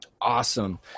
Awesome